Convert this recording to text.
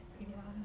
ya